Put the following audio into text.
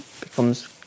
becomes